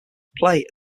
play